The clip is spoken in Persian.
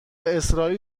اسرائیل